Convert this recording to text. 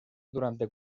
durante